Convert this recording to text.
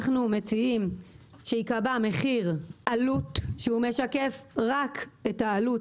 אנחנו מציעים שייקבע מחיר עלות שמשקף רק את העלות